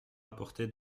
apporté